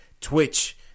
Twitch